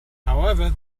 however